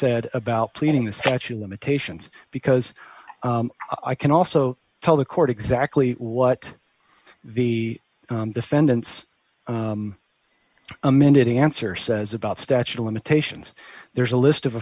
said about cleaning the statue limitations because i can also tell the court exactly what the defendant's amended answer says about statute of limitations there's a list of